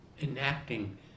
enacting